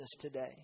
today